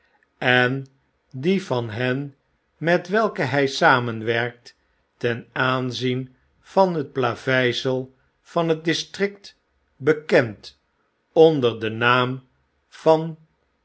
en die van hen met welke hy samenwerkt ten aanzien van het plaveisel van het district bekend onder den naam van